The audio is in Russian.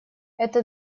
это